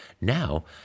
Now